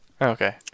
Okay